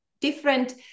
different